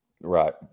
Right